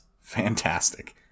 fantastic